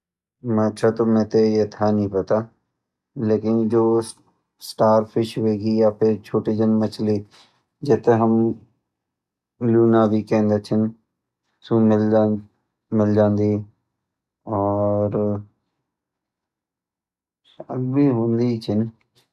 माछा त मैं थै यथ्यां नी पता लेकिन जु स्टार फिस होएगी या फिर छोटी जन मच्छली जै थैं हम लूना भी कंहदा छन सु मिल जांदी और भी होंदी छन।